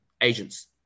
agents